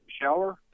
shower